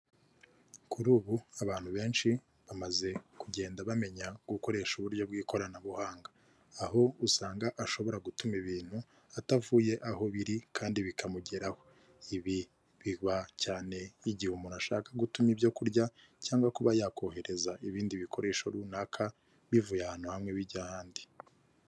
Kuri ubu abantu benshi bamaze kugenda bamenya gukoresha uburyo bw'ikoranabuhanga aho usanga ashobora gutuma ibintu atavuye aho biri kandi bikamugeraho. Ibi biba cyane igihe umuntu ashaka gutuma ibyo kurya cyangwa kuba yakohereza ibindi bikoresho runaka bivuye ahantu hamwe bijya ahandi.